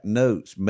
notes